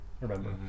remember